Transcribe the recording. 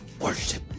worship